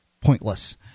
pointless